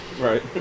Right